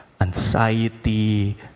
anxiety